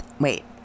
wait